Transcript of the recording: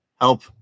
help